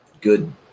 good